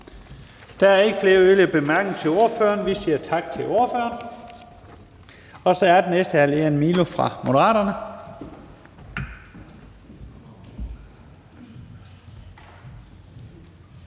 Der er ikke flere korte bemærkninger til ordføreren. Vi siger tak til ordføreren. Så er den næste hr. Lean Milo fra Moderaterne.